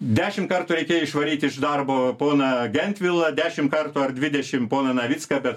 dešimt kartų reikėjo išvaryti iš darbo poną gentvilą dešimt kartų ar dvidešimt poną navicką bet